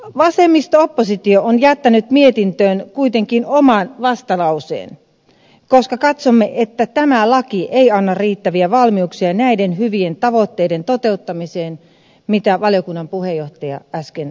vasemmisto oppositio on jättänyt mietintöön kuitenkin oman vastalauseensa koska katsomme että tämä laki ei anna riittäviä valmiuksia näiden hyvien tavoitteiden toteuttamiseen mitä valiokunnan puheenjohtaja äsken totesi